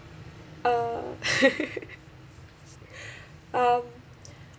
uh um